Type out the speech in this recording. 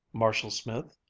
marshall-smith?